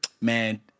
Man